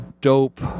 dope